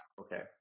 Okay